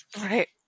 Right